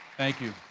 thank you.